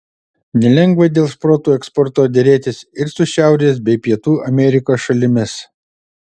nelengva dėl šprotų eksporto derėtis ir su šiaurės bei pietų amerikos šalimis